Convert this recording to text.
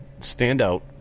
standout